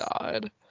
god